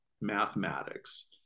mathematics